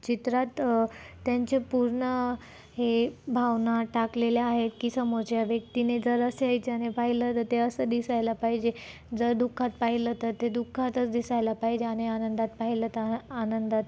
चित्रात त्यांचे पूर्ण हे भावना टाकलेल्या आहेत की समोरच्या व्यक्तीने जर असा याच्याने पाहिलं तर ते असं दिसायला पाहिजे जर दुःखात पाहिलं तर ते दुःखातच दिसायला पाहिजे आणि आनंदात पाहिलं तर आनंदात